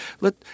Let